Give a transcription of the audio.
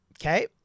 Okay